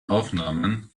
aufnahmen